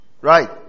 Right